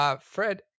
Fred